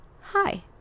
hi